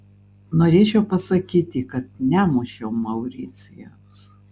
norėčiau pasakyti kad nemušiau mauricijaus